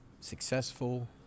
successful